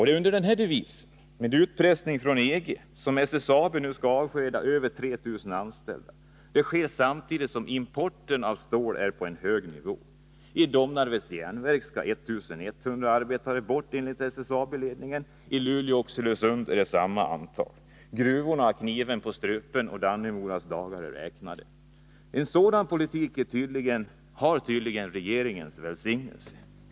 Det är under den här devisen — med utpressning från EG —- som SSAB skall avskeda över 3 000 anställda. Detta sker samtidigt som importen av stål är på en hög nivå. I Domnarvets Jernverk skall 1 100 arbeten bort, enligt SSAB. I Luleå och Oxelösund är det samma antal. Gruvorna har kniven på strupen, och Dannemoras dagar är räknade. En sådan politik har tydligen regeringens välsignelse.